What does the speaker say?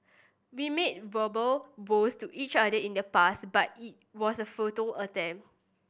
we made verbal vows to each other in the past but it was a futile attempt